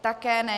Také ne.